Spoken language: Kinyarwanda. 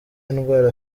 indwara